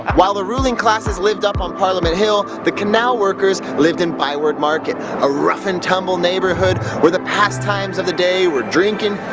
while the ruling classes lived up on parliament hill, the canal workers lived in byward market, a rough and tumble neighbourhood where the past times of the day were drinking,